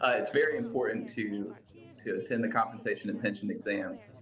ah it's very important to to attend the compensation and pension exams.